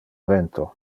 vento